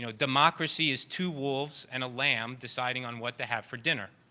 you know democracy is two wolves and a lamb deciding on what to have for dinner.